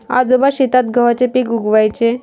आजोबा शेतात गव्हाचे पीक उगवयाचे